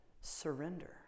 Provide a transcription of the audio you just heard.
surrender